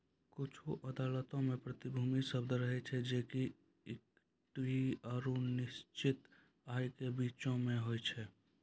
कुछु अदालतो मे प्रतिभूति शब्द रहै छै जे कि इक्विटी आरु निश्चित आय के बीचो मे होय छै